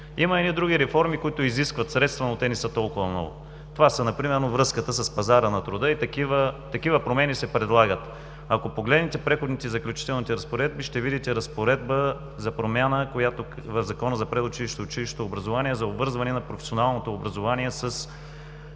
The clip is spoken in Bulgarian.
Има едни други реформи, които изискват средства, но те не са толкова много. Това е, например, връзката с пазара на труда и такива промени се предлагат. Ако погледнете Преходните и заключителните разпоредби, ще видите разпоредба за промяна в Закона за предучилищното и училищното образование за обвързване на професионалното образование с